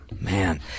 Man